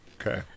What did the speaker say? okay